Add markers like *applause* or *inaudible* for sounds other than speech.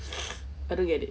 *noise* I don't get it